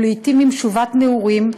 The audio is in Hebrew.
לעתים במשובת נעורים,